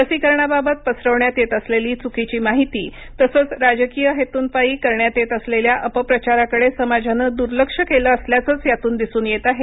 लसीकरणाबाबत पसरविण्यात येत असलेली चुकीची माहिती तसंच राजकीय हेतूंपायी करण्यात येत असलेल्या अपप्रचाराकडे समाजानं दुर्लक्षकेलं असल्याचंच यातून दिसून येत आहे